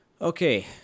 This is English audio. Okay